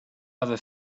other